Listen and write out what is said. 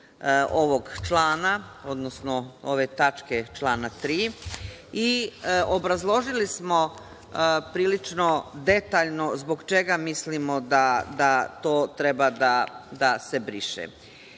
ovog člana, odnosno ove tačke člana 3 i obrazložili smo prilično detaljno zbog čega mislimo da to treba da se